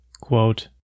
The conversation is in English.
Quote